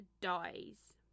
dies